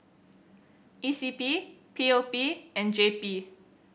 E C P P O P and J P